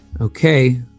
Okay